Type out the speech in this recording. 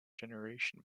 generation